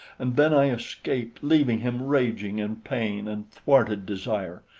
and then i escaped, leaving him raging in pain and thwarted desire.